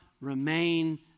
remain